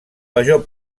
major